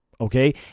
Okay